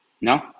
No